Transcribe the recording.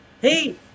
Hey